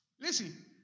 Listen